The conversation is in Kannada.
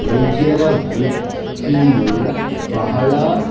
ವೈದ್ಯರ ವೃತ್ತಿಯು ಬಹಳ